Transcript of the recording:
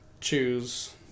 choose